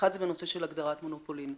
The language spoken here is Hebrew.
האחד זה בנושא של הגדרת מונופולין.